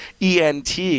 ENT